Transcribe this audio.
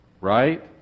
right